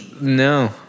No